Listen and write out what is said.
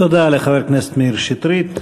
תודה לחבר הכנסת מאיר שטרית.